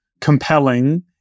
compelling